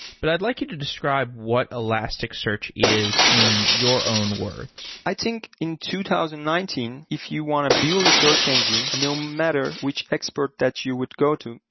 but i'd like you to describe what elasticsearch is in your own words. i think in two thousand and nineteen, if you want to build a search engine no matter which expert that you would go to,